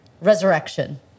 resurrection